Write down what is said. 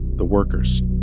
the workers